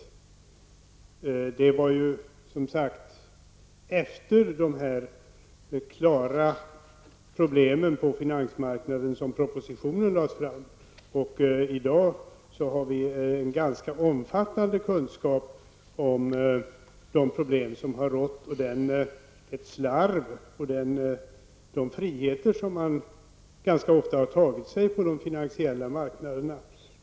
Propositionen lades, som sagt, efter det att dessa klara problem på finansmarknaden hade uppstått. Vi har i dag en ganska omfattande kunskap om de problem som har rått, det slarv som har förekommit och de friheter som man ganska ofta har tagit sig på de finansiella marknaderna.